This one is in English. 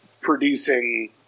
producing